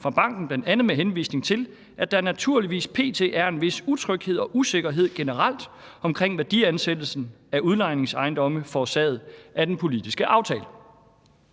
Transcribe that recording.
fra banken bl.a. med henvisning til, »at der naturligvis pt. er en vis utryghed og usikkerhed generelt omkring værdiansættelse af udlejningsejendomme forårsaget af den politiske aftale«?